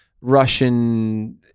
Russian